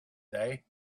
day